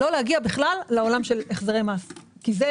לא להגיע בכלל לעולם של החזרי מס כי זאת